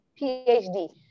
PhD